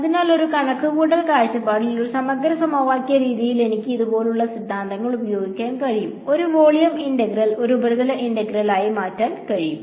അതിനാൽ ഒരു കണക്കുകൂട്ടൽ കാഴ്ചപ്പാടിൽ ഒരു സമഗ്ര സമവാക്യ രീതിയിൽ എനിക്ക് ഇതുപോലുള്ള സിദ്ധാന്തങ്ങൾ ഉപയോഗിക്കാൻ കഴിയും ഒരു വോളിയം ഇന്റഗ്രൽ ഒരു ഉപരിതല ഇന്റഗ്രൽ ആയി മാറ്റാൻ കഴിയും